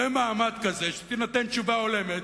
שבמעמד כזה תינתן תשובה הולמת